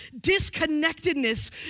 disconnectedness